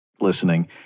listening